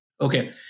Okay